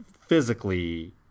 Physically